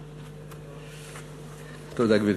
תודה, גברתי.